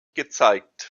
gezeigt